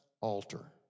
altar